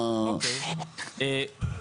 אפשר לבדוק ולראות.